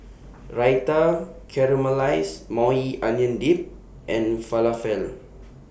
Raita Caramelized Maui Onion Dip and Falafel